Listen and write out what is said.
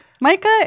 Micah